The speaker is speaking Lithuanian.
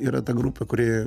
yra ta grupė kuri